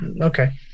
Okay